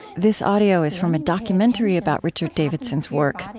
this audio is from a documentary about richard davidson's work.